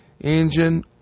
engine